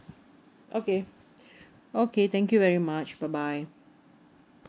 okay okay thank you very much bye bye